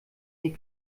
die